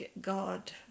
God